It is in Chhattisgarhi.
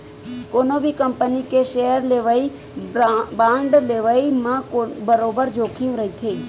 कोनो भी कंपनी के सेयर लेवई, बांड लेवई म बरोबर जोखिम रहिथे